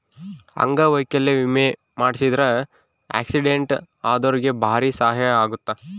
ಅಂಗವೈಕಲ್ಯ ವಿಮೆ ಮಾಡ್ಸಿದ್ರ ಆಕ್ಸಿಡೆಂಟ್ ಅದೊರ್ಗೆ ಬಾರಿ ಸಹಾಯ ಅಗುತ್ತ